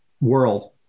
world